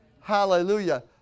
Hallelujah